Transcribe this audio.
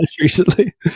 recently